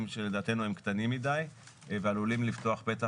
שלדעתנו הם קטנים מידי ועלולים לפתוח פתח